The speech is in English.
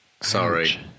sorry